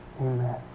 Amen